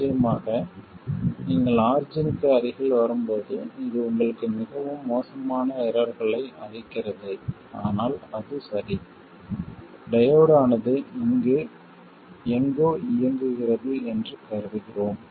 நிச்சயமாக நீங்கள் ஆர்ஜின்க்கு அருகில் வரும்போது இது உங்களுக்கு மிகவும் மோசமான எர்ரர்களை அளிக்கிறது ஆனால் அது சரி டையோடு ஆனது இங்கே எங்கோ இயங்குகிறது என்று கருதுகிறோம்